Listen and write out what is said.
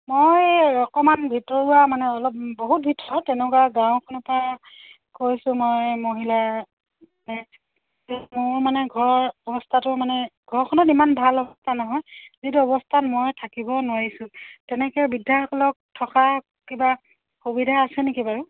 মই অকমান ভিতৰুৱা মানে অলপ বহুত ভিতৰত তেনেকুৱা গাঁও এখনৰ পৰা কৈছোঁ মই মহিলাৰ মোৰ মানে ঘৰ অৱস্থাটো মানে ঘৰখনত ইমান ভাল অৱস্থা নহয় যিটো অৱস্থাত মই থাকিব নোৱাৰিছোঁ তেনেকে বৃদ্ধাসকলক থকাৰ কিবা সুবিধা আছে নেকি বাৰু